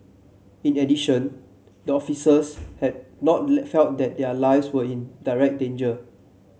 in addition the officers had not felt that their lives were in direct danger